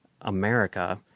America